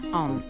on